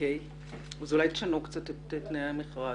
אז אולי תשנו את תנאי המכרז,